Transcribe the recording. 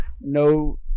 No